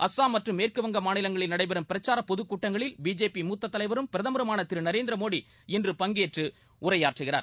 அஸ்ஸாம் மற்றும் மேற்குவங்க மாநிலங்களில் நடைபெறும் பிரச்சார பொதுக் கூட்டங்களில் பிஜேபி மூத்த தலைவரும் பிரதமருமான திரு நரேந்திர மோடி இன்று பங்கேற்று உரையாற்றுகிறார்